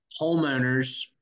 homeowners